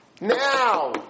Now